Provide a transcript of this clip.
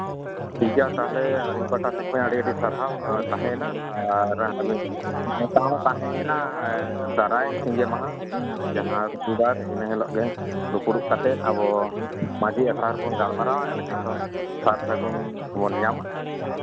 ᱴᱷᱤᱠ ᱜᱮᱭᱟ ᱛᱟᱦᱞᱮ ᱟᱹᱞᱤᱧ ᱯᱟᱦᱴᱟ ᱥᱮᱫ ᱠᱷᱚᱱ ᱟᱹᱰᱤ ᱟᱹᱰᱤ ᱥᱟᱨᱦᱟᱣ ᱛᱟᱦᱮᱭᱮᱱᱟ ᱟᱨ ᱱᱮᱶᱛᱟ ᱦᱚᱸ ᱛᱟᱦᱮᱭᱮᱱᱟ ᱫᱟᱨᱟᱭ ᱥᱤᱸᱜᱮ ᱢᱟᱦᱟ ᱤᱱᱟᱹ ᱦᱤᱞᱳᱜ ᱜᱮ ᱫᱩᱯᱲᱩᱵ ᱠᱟᱛᱮᱫ ᱟᱵᱚ ᱢᱟᱹᱡᱷᱤ ᱟᱠᱷᱲᱟ ᱨᱮᱵᱚᱱ ᱜᱟᱞᱢᱟᱨᱟᱣᱟ ᱮᱱᱠᱷᱟᱱ ᱫᱚ ᱥᱟᱨ ᱥᱟᱹᱜᱩᱱ ᱵᱚᱱ ᱧᱟᱢᱟ